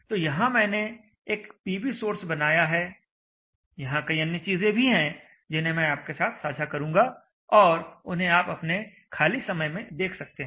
तो यहां मैंने एक PVsource बनाया है यहां कई अन्य चीजें भी है जिन्हें मैं आपके साथ साझा करूंगा और उन्हें आप अपने खाली समय में देख सकते हैं